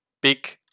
big